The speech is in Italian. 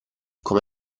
come